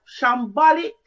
Shambolic